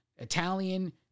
Italian